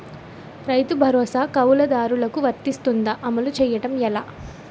రైతు భరోసా కవులుదారులకు వర్తిస్తుందా? అమలు చేయడం ఎలా